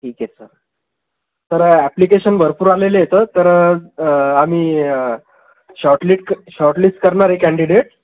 ठीक आहे सर तर ॲप्लिकेशन भरपूर आलेले आहे इथं तर आम्ही शॉर्टलिट शॉर्टलिस्ट करणार आहे कॅन्डिडेट